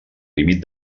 límit